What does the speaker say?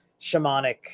shamanic